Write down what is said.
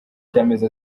cy’amezi